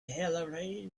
hillary